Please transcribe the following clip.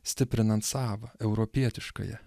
stiprinant savą europietiškąją